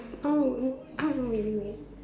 oh no oh wait wait wait